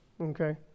Okay